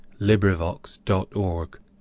LibriVox.org